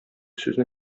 сүзне